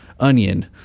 onion